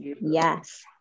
yes